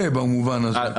במובן הזה יהיה